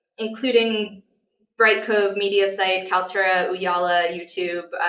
including brightcove, mediasite, kaltura, ooyala, youtube.